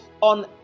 on